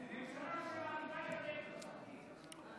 ממשלה, כך אתם נראים.